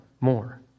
more